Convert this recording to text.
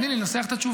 תני לי לנסח את התשובה.